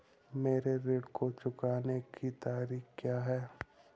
मेरे ऋण को चुकाने की तारीख़ क्या है?